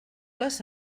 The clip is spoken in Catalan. les